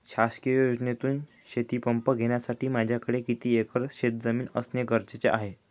शासकीय योजनेतून शेतीपंप घेण्यासाठी माझ्याकडे किती एकर शेतजमीन असणे गरजेचे आहे?